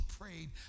prayed